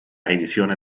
revisione